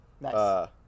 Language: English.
Nice